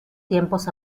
tiempos